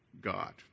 God